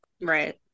Right